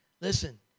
listen